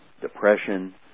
depression